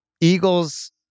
Eagles